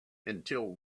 until